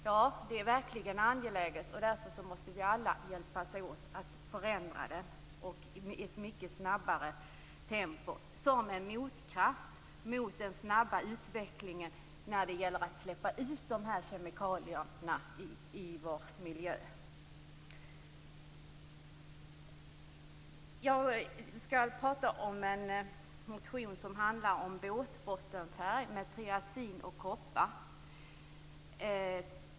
Ja, det är verkligen angeläget, och därför måste vi alla hjälpas åt att förändra kemikaliepolitiken i ett mycket snabbare tempo, som en motkraft mot den snabba utvecklingen när det gäller att släppa ut de här kemikalierna i vår miljö. Jag skall prata om en motion som handlar om båtbottenfärg med triazin och koppar.